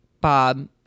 Bob